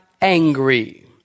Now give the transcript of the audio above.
angry